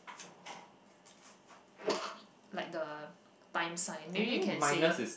like the time sign maybe you can say